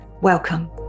welcome